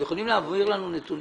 אתם יכולים להעביר לנו נתונים?